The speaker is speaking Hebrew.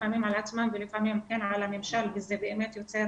לפעמים על עצמם ולפעמים על הממשל וזה באמת יוצר